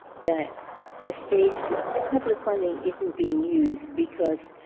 that the states public funding isn't being used because